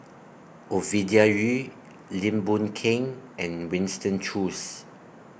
Ovidia Yu Lim Boon Keng and Winston Choos